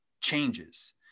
changes